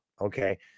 Okay